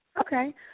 Okay